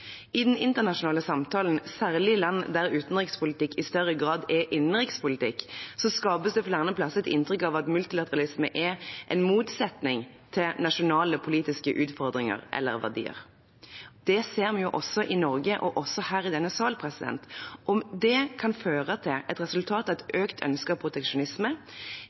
I den internasjonale samtalen, særlig i land der utenrikspolitikk i større grad er innenrikspolitikk, skapes det flere plasser et inntrykk av at multilateralisme er en motsetning til nasjonale politiske utfordringer eller verdier. Det ser vi også i Norge og også her i denne sal, og det kan føre til et